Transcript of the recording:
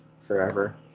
forever